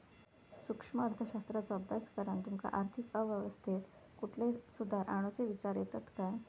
सूक्ष्म अर्थशास्त्राचो अभ्यास करान तुमका आर्थिक अवस्थेत कुठले सुधार आणुचे विचार येतत काय?